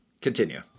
continue